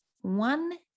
one